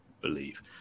believe